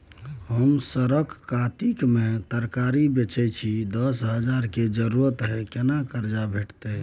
हम सरक कातिक में तरकारी बेचै छी, दस हजार के जरूरत हय केना कर्जा भेटतै?